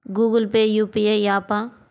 Google Pay UPI య్యాపా?